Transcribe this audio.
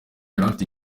ahafite